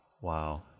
Wow